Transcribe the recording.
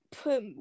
put